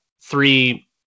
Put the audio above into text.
three